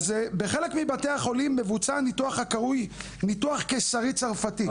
בחלק מבתי החולים מבוצע ניתוח הקרוי ניתוח קיסרי צרפתי.